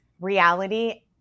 reality